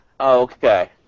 Okay